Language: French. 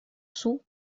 sous